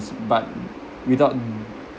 but without